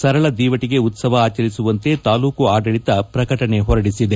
ಸರಳ ದಿವಟಿಗೆ ಉತ್ಸವ ಆಚರಿಸುವಂತೆ ತಾಲ್ಲೂಕು ಆಡಳಿತ ಪ್ರಕಟಣೆ ಹೊರಡಿಸಿದೆ